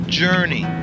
journey